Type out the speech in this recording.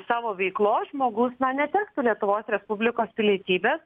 savo veiklos žmogus na netektų lietuvos respublikos pilietybės